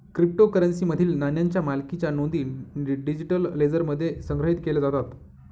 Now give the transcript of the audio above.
क्रिप्टोकरन्सीमधील नाण्यांच्या मालकीच्या नोंदी डिजिटल लेजरमध्ये संग्रहित केल्या जातात